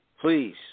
Please